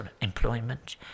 employment